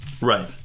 Right